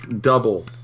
double